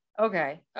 Okay